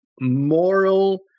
moral